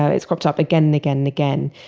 ah it's cropped up again and again and again.